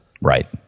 Right